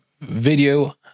video